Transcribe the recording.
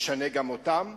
ישנה גם אותם?